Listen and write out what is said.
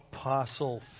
Apostle